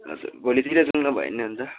हजुर भोलितिर जाउँ न भयो भने अन्त